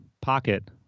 pocket